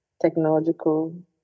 technological